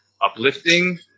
uplifting